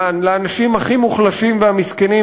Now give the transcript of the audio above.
לאנשים הכי מוחלשים והמסכנים,